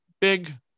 big